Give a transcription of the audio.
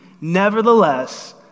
nevertheless